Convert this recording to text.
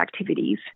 activities